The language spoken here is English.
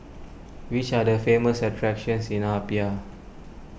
which are the famous attractions in Apia